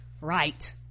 Right